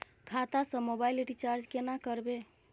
खाता स mobile recharge केना करबे?